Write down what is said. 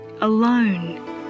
Alone